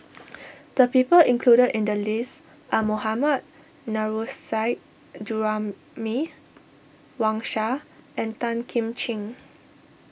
the people included in the list are Mohammad Nurrasyid Juraimi Wang Sha and Tan Kim Ching